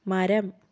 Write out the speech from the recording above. മരം